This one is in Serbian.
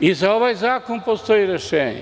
I za ovaj zakon postoji rešenje.